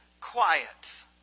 quiet